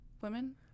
women